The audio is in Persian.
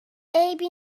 عیبی